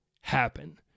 happen